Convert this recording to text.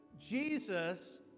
Jesus